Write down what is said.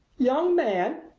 young man,